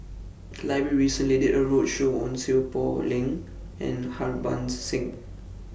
The Library recently did A roadshow on Seow Poh Leng and Harbans Singh